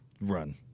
run